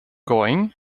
going